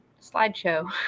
Slideshow